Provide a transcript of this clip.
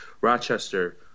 Rochester